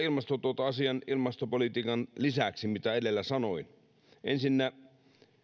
ilmastoasian ilmastopolitiikan lisäksi mitä edellä sanoin ensinnä